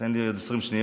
תן לי עוד 20 שניות,